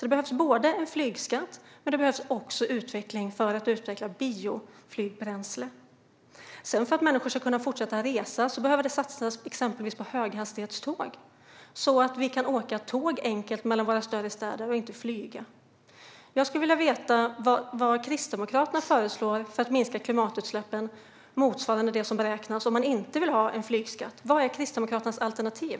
Det behövs en flygskatt, och det behövs även en utveckling av bioflygbränsle. För att människor ska kunna fortsätta att resa behöver det satsas exempelvis på höghastighetståg, så att vi kan åka tåg enkelt mellan våra större städer och inte behöva flyga. Jag skulle vilja veta vad Kristdemokraterna föreslår för att minska klimatutsläppen motsvarande det som beräknas om man inte vill ha flygskatt. Vad är Kristdemokraternas alternativ?